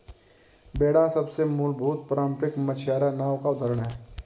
बेड़ा सबसे मूलभूत पारम्परिक मछियारी नाव का उदाहरण है